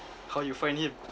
how you find him